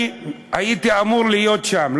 אני הייתי אמור להיות שם.